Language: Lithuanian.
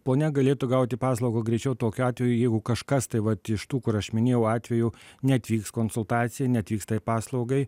ponia galėtų gauti paslaugą greičiau tokiu atveju jeigu kažkas tai vat iš tų kur aš minėjau atvejų neatvyks konsultacijai neatvyks tai paslaugai